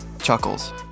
Chuckles